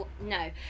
no